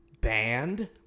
banned